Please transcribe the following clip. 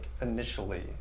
initially